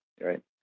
right